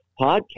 podcast